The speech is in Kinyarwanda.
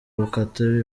gukata